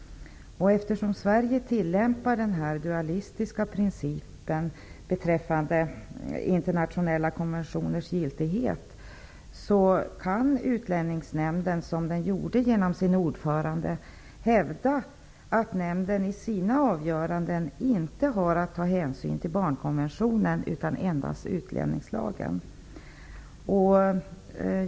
Eftersom Sverige tillämpar den dualistiska principen beträffande internationella konventioners giltighet kan Utlänningsnämnden, vilket den gjorde genom sin ordförande, hävda att nämnden i sina avgöranden inte har att ta hänsyn till barnkonventionen utan endast till utlänningslagen.